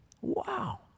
Wow